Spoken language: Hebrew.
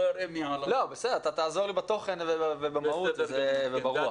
לא, בסדר, אתה תעזור לי בתוכן ובמהות וברוח.